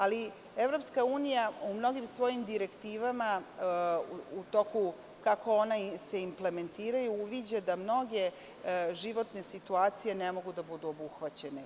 Ali, EU u mnogim svojim direktivama i kako se one implementiraju uviđa da mnoge životne situacije ne mogu da budu obuhvaćene.